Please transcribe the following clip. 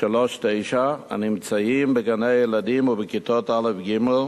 שלוש תשע הנמצאים בגני-הילדים ובכיתות א' ג'